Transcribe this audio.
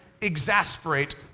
exasperate